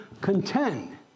contend